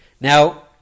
Now